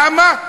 למה?